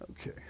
okay